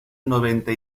noventa